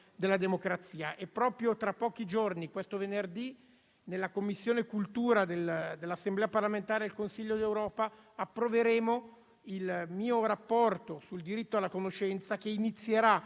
della democrazia. Proprio tra pochi giorni, il prossimo venerdì, nella Commissione cultura dell'Assemblea parlamentare del Consiglio d'Europa approveremo il mio rapporto sul diritto alla conoscenza, che inizierà